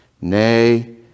Nay